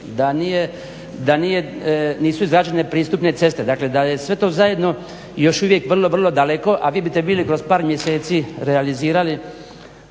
da nisu izgrađene pristupne ceste. Dakle, da je sve to zajedno još uvijek vrlo, vrlo daleko, a vi biste htjeli kroz par mjeseci realizirati